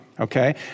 Okay